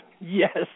Yes